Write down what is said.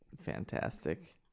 fantastic